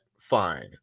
fine